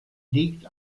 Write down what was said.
liegt